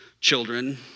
children